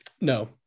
No